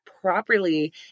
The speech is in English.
properly